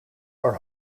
are